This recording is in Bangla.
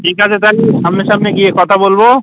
ঠিক আছে তাহলে সামনে সামনে গিয়ে কথা বলব